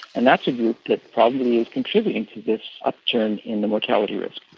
and that's a group that probably is contributing to this upturn in the motility risk.